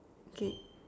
okay